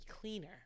cleaner